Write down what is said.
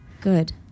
Good